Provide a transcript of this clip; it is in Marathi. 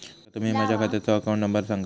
माका तुम्ही माझ्या खात्याचो अकाउंट नंबर सांगा?